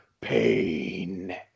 pain